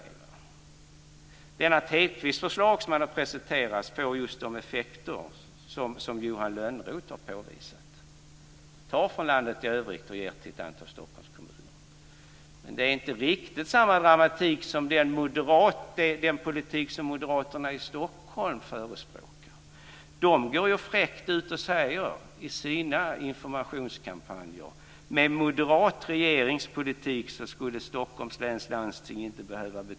Det förslag som Lennart Hedquist har presenterat får just de effekter som Johan Lönnroth har påvisat. Man tar från landet i övrigt och ger till ett antal Stockholmskommuner. Men det är inte riktigt samma dramatik som i den politik som moderaterna i Stockholm förespråkar.